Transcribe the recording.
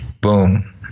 Boom